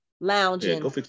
lounging